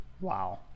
Wow